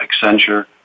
Accenture